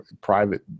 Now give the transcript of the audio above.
private